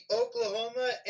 Oklahoma